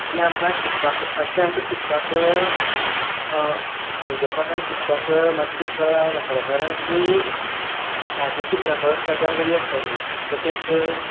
जीं आमकां शिकपाक जीं आमकां शिकपाक समजपाक आनी शिकपाक मातशे कळाव लागतालो कारण तीं सादीं चित्रां परस काडपाक वेगळीं आसतालीं तशेंच